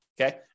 Okay